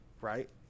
right